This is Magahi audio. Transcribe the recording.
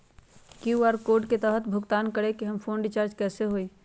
कियु.आर कोड के तहद भुगतान करके हम फोन रिचार्ज कैसे होई?